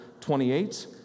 28